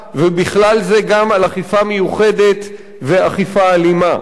ובכלל זה גם על אכיפה מיוחדת ואכיפה אלימה.